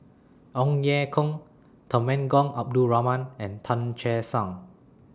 Ong Ye Kung Temenggong Abdul Rahman and Tan Che Sang